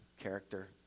character